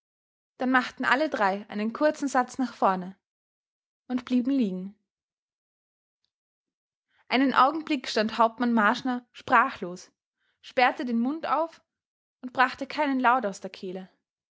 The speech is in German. dann machten alle drei einen kurzen satz nach vorne und blieben liegen einen augenblick stand hauptmann marschner sprachlos sperrte den mund auf und brachte keinen laut aus der kehle